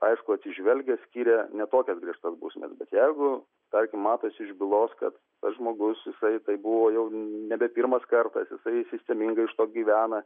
aišku atsižvelgia skiria ne tokias griežtas bausmės bet jeigu tarkim matosi iš bylos kad tas žmogus jisai tai buvo jau nebe pirmas kartas jisai sistemingai iš to gyvena